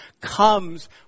comes